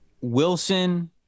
wilson